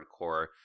hardcore